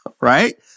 right